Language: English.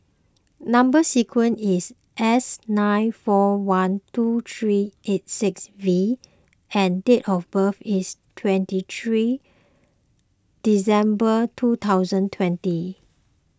Number Sequence is S nine four one two three eight six V and date of birth is twenty three December two thousand twenty